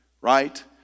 right